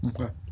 Okay